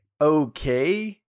okay